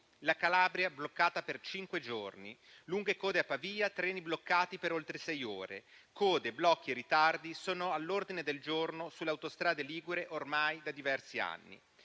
la Calabria bloccata per cinque giorni; lunghe code a Pavia, treni bloccati per oltre sei ore ; code, blocchi e ritardi sono all'ordine del giorno sulle autostrade liguri ormai da diversi anni.